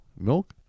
milk